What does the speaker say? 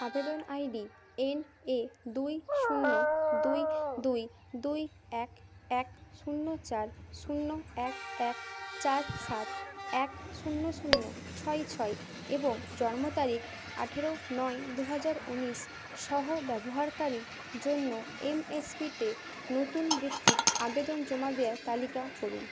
আবেদন ID N A দুই শূন্য দুই দুই দুই এক এক শূন্য চার শূন্য এক এক চার সাত এক শূন্য শূন্য ছয় ছয় এবং জন্ম তারিখ আঠেরো নয় দু হাজার ঊনিশ সহ ব্যবহারকারীর জন্য এনএসপিতে নতুন বৃত্তির আবেদন জমা দেওয়ার তালিকা করুন